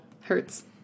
hurts